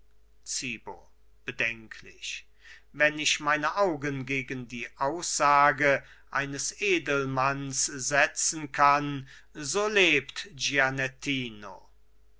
bedenklich wenn ich meine augen gegen die aussage eines edelmanns setzen kann so lebt